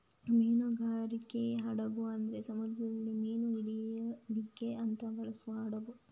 ಮೀನುಗಾರಿಕೆ ಹಡಗು ಅಂದ್ರೆ ಸಮುದ್ರದಲ್ಲಿ ಮೀನು ಹಿಡೀಲಿಕ್ಕೆ ಅಂತ ಬಳಸುವ ಹಡಗು